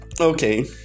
Okay